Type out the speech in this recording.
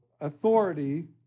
authority